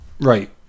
Right